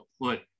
put